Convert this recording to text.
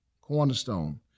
cornerstone